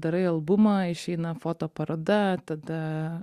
darai albumą išeina fotoparoda tada